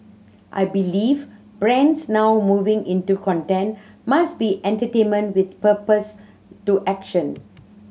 I believe brands now moving into content must be entertainment with purpose to action